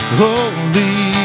holy